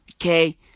Okay